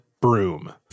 broom